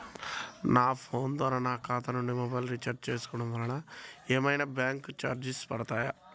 నా ఫోన్ ద్వారా నా ఖాతా నుండి మొబైల్ రీఛార్జ్ చేసుకోవటం వలన ఏమైనా బ్యాంకు చార్జెస్ పడతాయా?